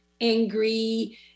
angry